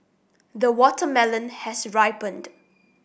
the watermelon has ripened